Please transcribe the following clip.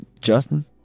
justin